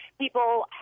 people